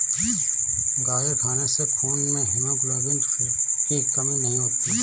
गाजर खाने से खून में हीमोग्लोबिन की कमी नहीं होती